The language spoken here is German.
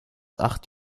acht